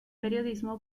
periodismo